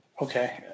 Okay